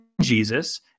Jesus